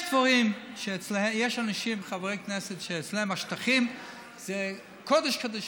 יש חברי כנסת שאצלם השטחים זה קודש-קודשים,